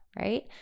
right